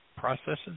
processes